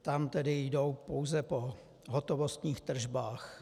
Tam tedy jdou pouze po hotovostních tržbách.